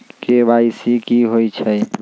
KYC कि होई छई?